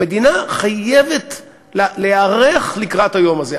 המדינה חייבת להיערך לקראת היום הזה.